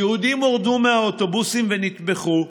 יהודים הורדו מאוטובוסים ונטבחו,